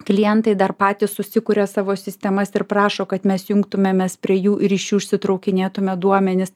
klientai dar patys susikuria savo sistemas ir prašo kad mes jungtumėmės prie jų ryšių užsitraukinėtume duomenis